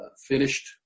finished